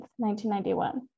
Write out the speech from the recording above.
1991